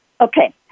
Okay